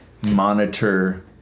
monitor